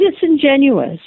disingenuous